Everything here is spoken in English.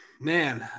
Man